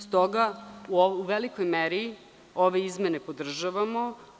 Stoga, u velikoj meri ove izmene podržavamo.